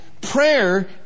prayer